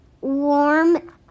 warm